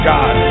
God